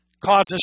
causes